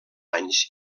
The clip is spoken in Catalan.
anys